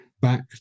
back